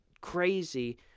crazy